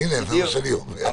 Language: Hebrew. האם משטרת ישראל עושה שימוש בשוטרים